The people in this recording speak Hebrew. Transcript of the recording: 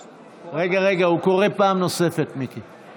רגע, רגע, הוא קורא פעם נוספת, מיקי.